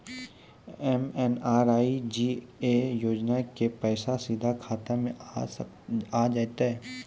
MNREGA योजना के पैसा सीधा खाता मे आ जाते?